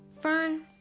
fern?